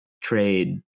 trade